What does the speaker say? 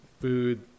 food